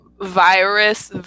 virus